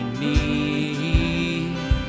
need